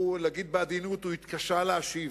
הוא, להגיד בעדינות, התקשה להשיב.